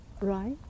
right